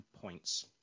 points